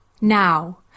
Now